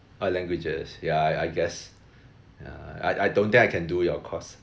ah languages yeah I guess ya I I don't think I can do your course